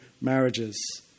marriages